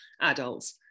adults